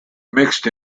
mixed